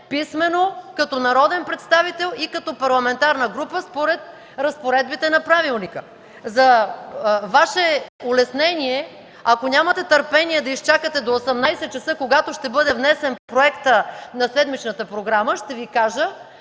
писмено като народен представител и като парламентарна група според разпоредбите на правилника. За Ваше улеснение, ако нямате търпение да изчакате до 18,00 ч., когато ще бъде внесен Проектът на седмичната програма, ще Ви кажа,